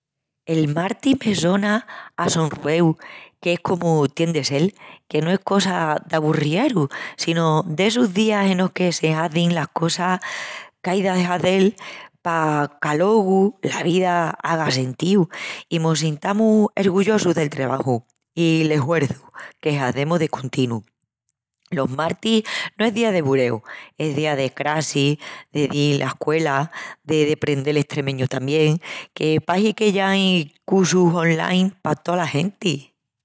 El martis me sona a sonrueu, qu'es comu tien de sel, que no es cosa d'aburrieru sino d'essus días enos que se hazin las cosas qu'ai de hazel pa qu'alogu la vida haga sentíu i mos sintamus ergullosus del trebaju i l'eshuerçu que hazemus de continu. Los martis no es día de bureu, es día de crassi, de dil a escuela, de deprendel estremeñu tamién, que pahi que ya ain cussus online pa tola genti.